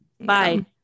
Bye